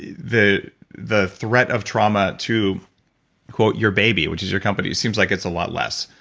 the the threat of trauma to quote your baby, which is your company seems like it's a lot less.